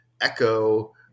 Echo